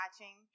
watching